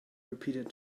repeated